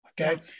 Okay